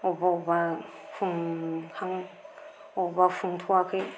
बबेबा बबेबा फुंहां बबेबा फुंथ'वाखै